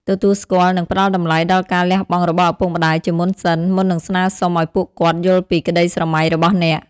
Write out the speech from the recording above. ទទួលស្គាល់ និងផ្តល់តម្លៃដល់ការលះបង់របស់ឪពុកម្តាយជាមុនសិន មុននឹងស្នើសុំឱ្យពួកគាត់យល់ពីក្តីស្រមៃរបស់អ្នក។